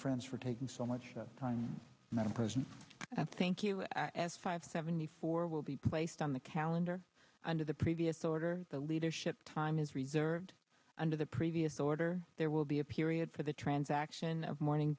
friends for taking so much time and that a person i thank you as five seventy four will be placed on the calendar under the previous order the leadership time is reserved under the previous order there will be a period for the transaction of morning